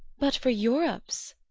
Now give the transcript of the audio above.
but for europe's.